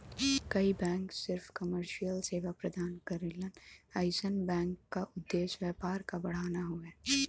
कई बैंक सिर्फ कमर्शियल सेवा प्रदान करलन अइसन बैंक क उद्देश्य व्यापार क बढ़ाना हउवे